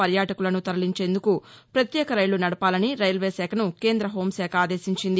పర్యాటకులను తరలించేందుకు పత్యేకరైళ్లు నడపాలని రైల్వే శాఖను కేందహూంశాఖ ఆదేశించింది